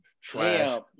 Trash